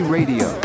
Radio